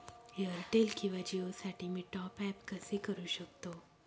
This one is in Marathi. एअरटेल किंवा जिओसाठी मी टॉप ॲप कसे करु शकतो?